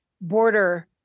border